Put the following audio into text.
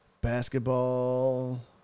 Basketball